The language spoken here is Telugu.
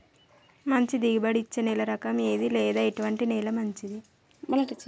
మంచి దిగుబడి ఇచ్చే నేల రకం ఏది లేదా ఎటువంటి నేల మంచిది?